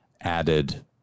added